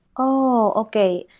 oh, okay.